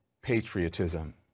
patriotism